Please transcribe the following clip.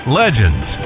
legends